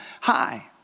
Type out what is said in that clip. high